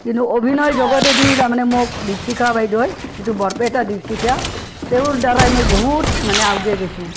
কিন্তু অভিনয় জগতেদি তাৰমানে মোক দীপশিখা বাইদেউৱে যিটো বৰপেটা দীপশিখা তেওঁৰ দ্বাৰাই মই বহুত মানে আউগে গেইছোঁ